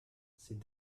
c’est